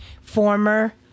Former